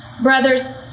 Brothers